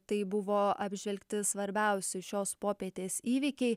tai buvo apžvelgti svarbiausi šios popietės įvykiai